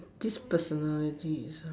this personality is